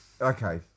Okay